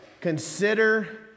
consider